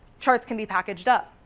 charts can be packaged up.